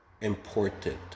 important